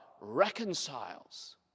reconciles